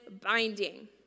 binding